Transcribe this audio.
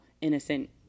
innocent